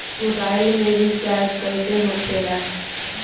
Mobile recharge कैसे होखे ला?